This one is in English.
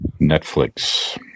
Netflix